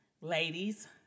ladies